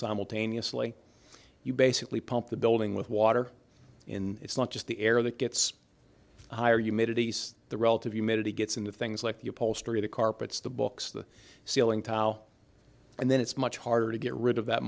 simultaneously you basically pump the building with water in it's not just the air that gets higher humidity so the relative humidity gets into things like the upholstery the carpets the books the ceiling tile and then it's much harder to get rid of that